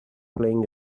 playing